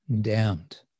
damned